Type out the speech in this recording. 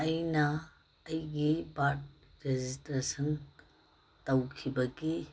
ꯑꯩꯅ ꯑꯩꯒꯤ birth registration ꯇꯧꯈꯤꯕꯒꯤ